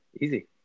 Easy